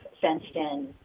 fenced-in